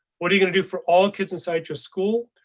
what are you gonna do for all kids inside your school?